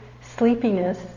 sleepiness